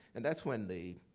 and that's when the